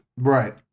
Right